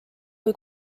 kui